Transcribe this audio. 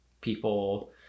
people